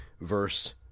verse